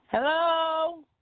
Hello